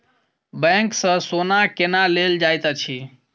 bank सँ सोना केना लेल जाइत अछि